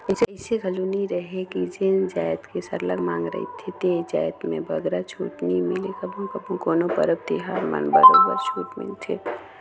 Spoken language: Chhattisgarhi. अइसे घलो नी रहें कि जेन जाएत के सरलग मांग रहथे ते जाएत में बगरा छूट नी मिले कभू कभू कोनो परब तिहार मन म बरोबर छूट मिलथे